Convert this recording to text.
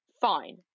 fine